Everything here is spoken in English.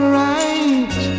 right